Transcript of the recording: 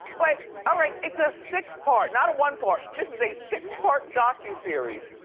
but, all right, it's a six-part, not a one-part. this is a six-part docuseries.